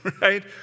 right